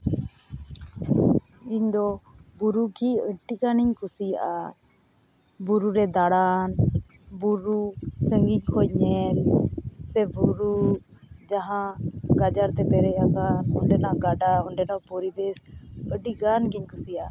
ᱤᱧ ᱫᱚ ᱵᱩᱨᱩ ᱜᱮ ᱟᱹᱰᱤ ᱜᱟᱱᱤᱧ ᱠᱩᱥᱤᱭᱟᱜᱼᱟ ᱵᱩᱨᱩ ᱨᱮ ᱫᱟᱬᱟᱱ ᱵᱩᱨᱩ ᱥᱟᱺᱜᱤᱧ ᱠᱷᱚᱱ ᱧᱮᱞ ᱥᱮ ᱵᱩᱨᱩ ᱡᱟᱦᱟᱸ ᱜᱟᱡᱟᱲ ᱛᱮ ᱯᱮᱨᱮᱡ ᱟᱠᱟᱱ ᱚᱸᱰᱮᱱᱟᱜ ᱜᱟᱰᱟ ᱚᱸᱰᱮᱱᱟᱜ ᱯᱚᱨᱤᱵᱮᱥ ᱟᱹᱰᱤᱜᱟᱱ ᱜᱤᱧ ᱠᱩᱥᱤᱭᱟᱜᱼᱟ